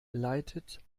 leitet